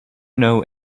know